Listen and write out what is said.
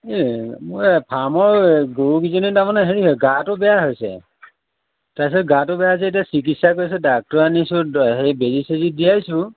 এই মোৰ এই ফাৰ্মৰ গৰুকেইজনী তাৰমানে হেৰি হ'ল গাটো বেয়া হৈছে তাৰপিছত গাটো বেয়া হৈছে এতিয়া চিকিৎসা কৰিছোঁ ডাক্তৰ আনিছোঁ হেৰি বেজী চেজী দিয়াইছোঁ